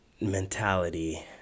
mentality